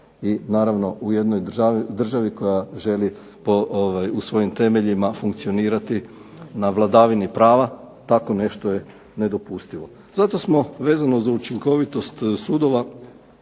i naravno u jednoj državi koja želi u svojim temeljima funkcionirati na vladavini prava tako nešto je nedopustivo. Zato smo vezano za učinkovitost sudova